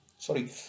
Sorry